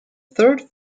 third